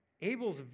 Abel's